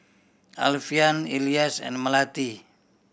Alfian Elyas and Melati